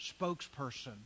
spokesperson